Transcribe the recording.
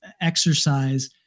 exercise